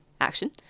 action